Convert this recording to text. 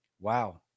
wow